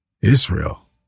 Israel